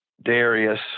Darius